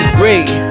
great